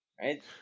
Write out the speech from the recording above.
right